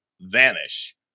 Vanish